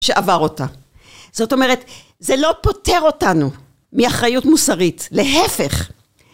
שעבר אותה. זאת אומרת זה לא פותר אותנו מאחריות מוסרית, להפך!